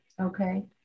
Okay